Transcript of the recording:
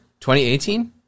2018